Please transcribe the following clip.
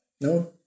No